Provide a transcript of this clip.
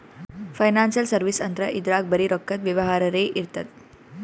financial service ಅಂದ್ರ ಇದ್ರಾಗ್ ಬರೀ ರೊಕ್ಕದ್ ವ್ಯವಹಾರೇ ಇರ್ತದ್